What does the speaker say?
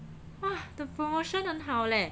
!wah! the promotion 很好 leh